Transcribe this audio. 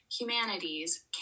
humanities